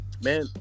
man